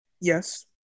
Yes